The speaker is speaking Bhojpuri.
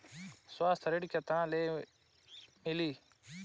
व्यवसाय ऋण केतना ले मिली?